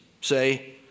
say